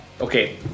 okay